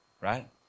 right